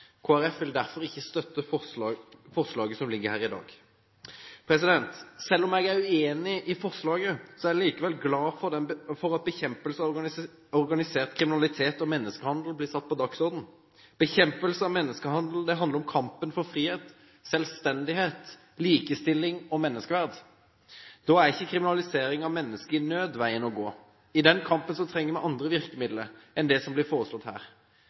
Folkeparti vil derfor ikke støtte forslaget som ligger her i dag. Selv om jeg er uenig i forslaget, er jeg likevel glad for at bekjempelse av organisert kriminalitet og menneskehandel blir satt på dagsordenen. Bekjempelse av menneskehandel handler om kampen for frihet, selvstendighet, likestilling og menneskeverd. Da er ikke kriminalisering av mennesker i nød veien å gå – i den kampen trenger vi andre virkemidler enn det som blir foreslått her.